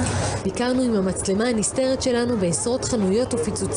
החוקים והאכיפה שלהם מייצרים או מאפשרים מציאות